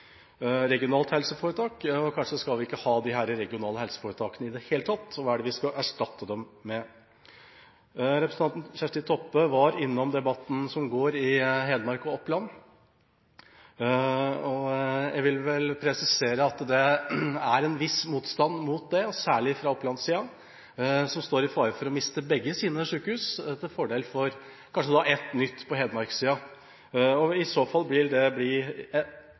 Kanskje skal vi ikke ha de regionale helseforetakene i det hele tatt? Og hva skal vi erstatte dem med? Representanten Kjersti Toppe var innom debatten som går i Hedmark og Oppland. Jeg vil presisere at det er en viss motstand mot det, og særlig fra Oppland-siden, som står i fare for å miste begge sine sykehus, kanskje til fordel for et nytt på Hedmark-siden. I så fall vil det bli